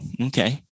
Okay